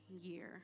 year